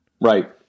Right